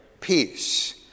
peace